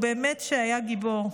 ובאמת שהיה גיבור.